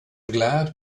glad